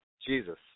Jesus